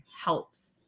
helps